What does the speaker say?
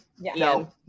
no